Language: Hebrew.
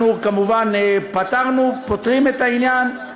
אנחנו כמובן פתרנו, פותרים את העניין.